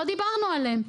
לא דיברנו עליהם.